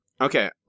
Okay